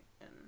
and-